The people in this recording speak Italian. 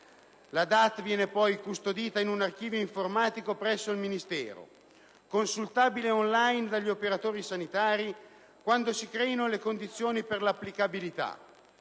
La DAT verrà custodita in un archivio informatico presso il Ministero, consultabile *on line* dagli operatori sanitari quando si creino le condizioni per l'applicabilità.